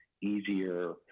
easier